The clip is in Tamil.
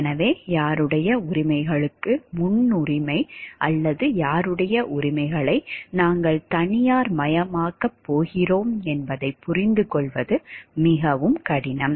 எனவே யாருடைய உரிமைகளுக்கு முன்னுரிமை அல்லது யாருடைய உரிமைகளை நாங்கள் தனியார்மயமாக்கப் போகிறோம் என்பதைப் புரிந்துகொள்வது மிகவும் கடினம்